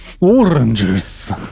oranges